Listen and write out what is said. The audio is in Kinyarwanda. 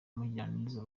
mugiraneza